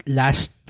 last